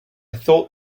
thought